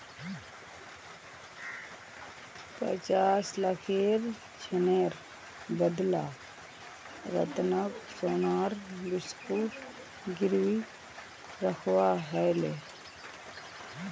पचास लाखेर ऋनेर बदला रतनक सोनार बिस्कुट गिरवी रखवा ह ले